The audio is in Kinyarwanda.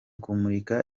kumurika